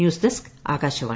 news desk Akashvani